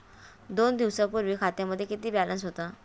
दोन दिवसांपूर्वी खात्यामध्ये किती बॅलन्स होता?